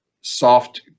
soft